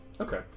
Okay